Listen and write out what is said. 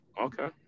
okay